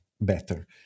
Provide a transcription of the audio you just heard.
better